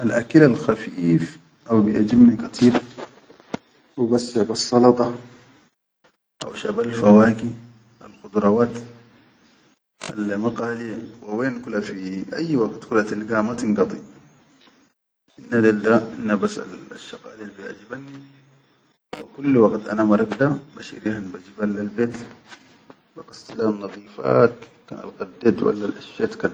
Alaki'l alkhafif haw biʼejibni kateer, hubas shabssalada, haw shabal fawakih al-khudurawaat alla ma qaliye wa wen kula fi, fi ayyi waqit kula tilga ma tingadi, hinne del da hime bas asshaqali al biajibanni kulli waqit ana marak da bashirihan baji bahan albet baqassilan nadifaat kan al qaddet wallal asshet.